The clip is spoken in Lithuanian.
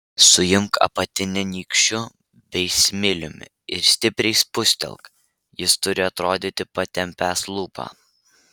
suimk apatinę nykščiu bei smiliumi ir stipriai spustelėk jis turi atrodyti patempęs lūpą